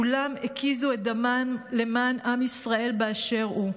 כולם הקיזו את דמם למען עם ישראל באשר הוא,